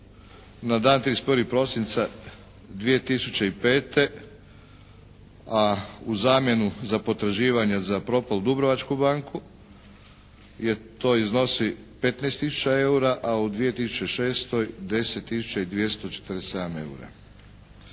Na dan 31. prosinca 2005. a u zamjenu za potraživanje za propalu Dubrovačku banku to iznosi 15 tisuća eura, a u 2006. 10 tisuća